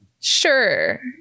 sure